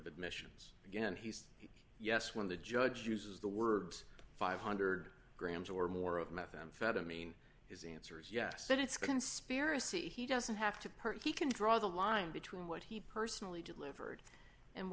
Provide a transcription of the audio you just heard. of admissions again he said yes when the judge uses the words five hundred grams or more of methamphetamine his answer is yes that it's conspiracy he doesn't have to part he can draw the line between what he personally delivered and